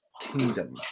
kingdom